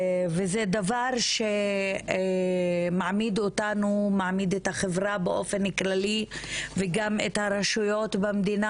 זה דבר שמעמיד אותנו ואת החברה באופן כללי וגם את הרשויות במדינה,